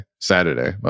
Saturday